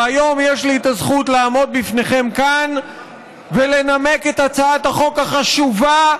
והיום יש לי הזכות לעמוד בפניכם כאן ולנמק את הצעת החוק החשובה,